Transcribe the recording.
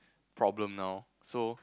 problem now so